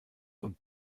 und